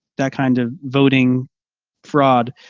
that kind of voting fraud.